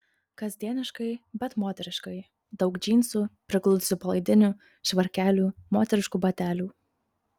kasdieniškai bet moteriškai daug džinsų prigludusių palaidinių švarkelių moteriškų batelių